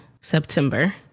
September